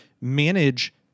manage